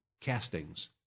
castings